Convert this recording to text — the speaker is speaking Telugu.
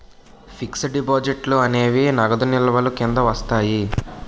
ఫిక్స్డ్ డిపాజిట్లు అనేవి నగదు నిల్వల కింద వస్తాయి